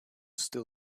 still